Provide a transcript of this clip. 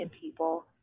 people